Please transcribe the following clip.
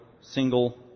single